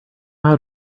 out